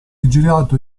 girato